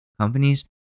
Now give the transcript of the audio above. companies